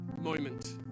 moment